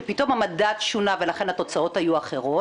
שפתאום המדד שונה ולכן התוצאות היו אחרות.